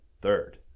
third